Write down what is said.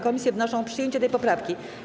Komisje wnoszą o przyjęcie tej poprawki.